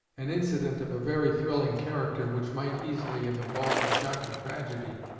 an incident of a very thrilling character, which might easily have involved a shocking tragedy,